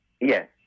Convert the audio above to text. Yes